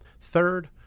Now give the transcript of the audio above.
Third